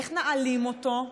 איך נעלים אותו?